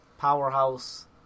powerhouse